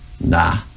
Nah